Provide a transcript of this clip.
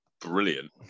brilliant